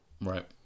Right